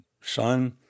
son